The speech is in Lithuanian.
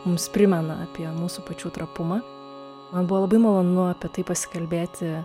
mums primena apie mūsų pačių trapumą man buvo labai malonu apie tai pasikalbėti